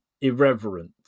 irreverent